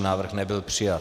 Návrh nebyl přijat.